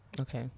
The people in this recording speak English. Okay